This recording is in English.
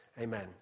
Amen